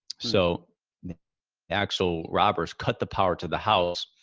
so actual robbers cut the power to the house,